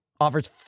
Offers